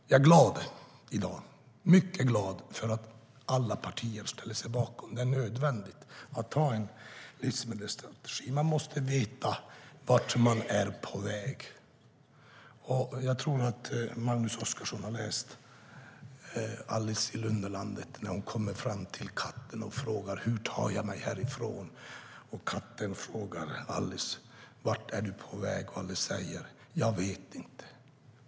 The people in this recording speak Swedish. Jag är i dag mycket glad för att alla partier ställer sig bakom.. Hon kommer fram till katten och frågar: Hur tar jag mig härifrån? Katten frågar Alice: Vart är du på väg? Alice säger: Jag vet inte.